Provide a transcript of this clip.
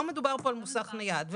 לא מדובר פה על מוסך נייד.